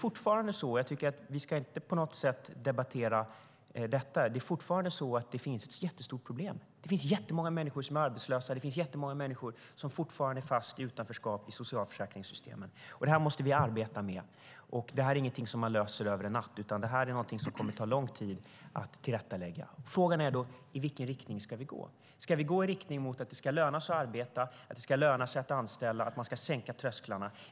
Vi ska dock inte förneka att det fortfarande finns stora problem. Många är arbetslösa och många är fast i ett utanförskap i socialförsäkringssystemen. Detta måste vi arbeta med. Det är inget vi löser över en natt, utan det kommer att ta lång tid att rätta till. Frågan är i vilken riktning vi ska gå. Ska vi gå i riktning mot att det ska löna sig att arbeta och att anställa och att vi ska sänka trösklarna?